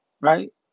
Right